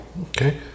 Okay